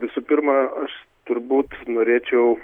visų pirma aš turbūt norėčiau